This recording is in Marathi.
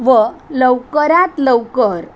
व लवकरात लवकर